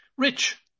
Rich